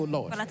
Lord